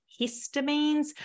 histamines